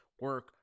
Work